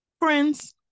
friends